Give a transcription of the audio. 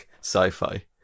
sci-fi